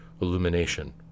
illumination